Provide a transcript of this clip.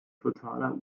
totaler